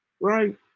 right